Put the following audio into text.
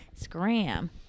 Scram